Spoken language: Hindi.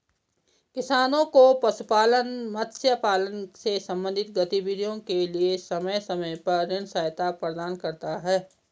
किसानों को पशुपालन, मत्स्य पालन से संबंधित गतिविधियों के लिए समय पर ऋण सहायता प्रदान करता है